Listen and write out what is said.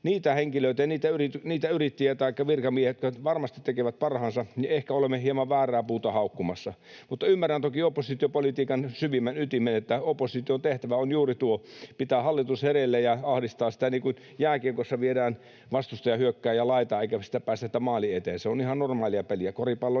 niitä henkilöitä, niitä yrittäjiä taikka virkamiehiä, jotka varmasti tekivät parhaansa, niin ehkä olemme hieman väärää puuta haukkumassa. Mutta ymmärrän toki oppositiopolitiikan syvimmän ytimen. Opposition tehtävä on juuri tuo: pitää hallitus hereillä ja ahdistaa sitä, niin kuin jääkiekossa viedään vastustajan hyökkääjä laitaan eikä sitä päästetä maalin eteen — se on ihan normaalia peliä, myös